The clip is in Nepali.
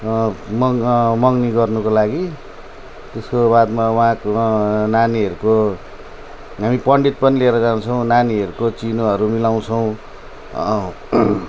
मग मगनी गर्नको लागि उसको बादमा उहाँको नानीहरूको हामी पण्डित पनि लिएर जान्छौँ नानीहरूको चिनोहरू मिलाउँछौँ